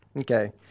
Okay